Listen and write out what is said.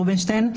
רובינשטיין,